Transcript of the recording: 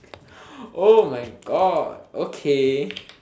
oh my god okay